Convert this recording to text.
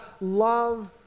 Love